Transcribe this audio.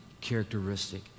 characteristic